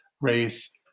Race